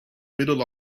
middle